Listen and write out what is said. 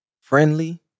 friendly